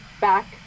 back